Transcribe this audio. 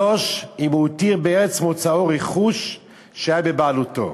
3, אם הוא הותיר בארץ מוצאו רכוש שהיה בבעלותו.